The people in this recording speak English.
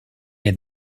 had